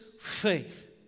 faith